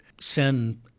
send